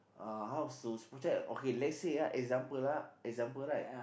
uh house to spot check okay let's say ah example ah example right